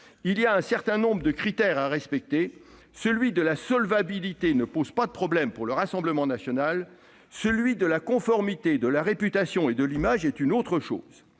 Il y a un certain nombre de critères à respecter. Celui de la solvabilité ne pose pas problème pour le Rassemblement national. Celui de la conformité, de la réputation et de l'image, c'est une autre chose.